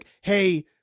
hey